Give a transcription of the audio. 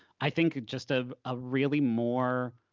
i think, just a ah really more.